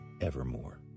evermore